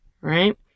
Right